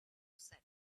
set